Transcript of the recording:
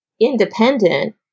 independent